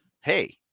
Hey